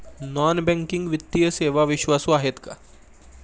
Non banking वित्तीय सेवा विश्वासू आहेत का?